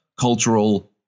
cultural